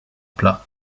plat